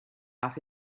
off